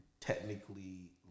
technically